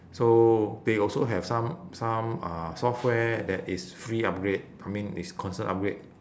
so they also have some some uh software that is free upgrade I mean is consider upgrade